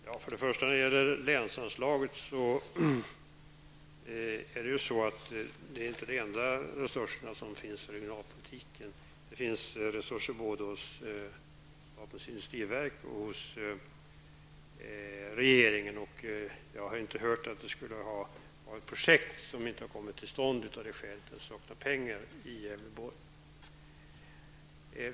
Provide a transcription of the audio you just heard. Herr talman! Först och främst är länsanslagen inte de enda resurserna som finns för regionalpolitiken. Det finns resuser både hos statens industriverk och hos regeringen. Jag har inte hört att något projekt i Gävleborg inte skulle ha kommit till stånd på grund av att det har saknats pengar.